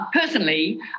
personally